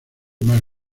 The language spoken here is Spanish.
más